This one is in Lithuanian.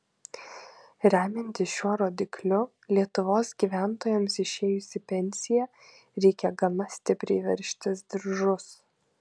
remiantis šiuo rodikliu lietuvos gyventojams išėjus į pensiją reikia gana stipriai veržtis diržus